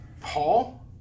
Paul